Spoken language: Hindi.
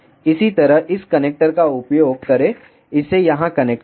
इसी तरह इस कनेक्टर का उपयोग करें इसे यहां कनेक्ट करें